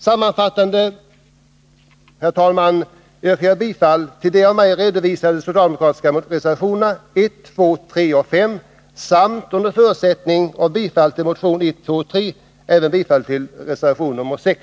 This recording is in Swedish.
Sammanfattningsvis, herr talman, yrkar jag bifall till de av mig redovisade socialdemokratiska reservationerna 1, 2, 3 och 5 samt — under förutsättning av bifall till reservationerna 1, 2 och 3 — även bifall till reservation 6.